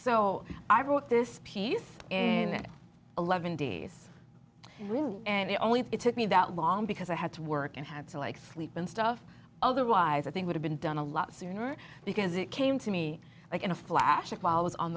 so i wrote this piece and eleven days and they only it took me that long because i had to work and had to like sleep and stuff otherwise i think would have been done a lot sooner because it came to me like in a flash of dollars on